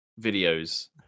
videos